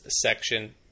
section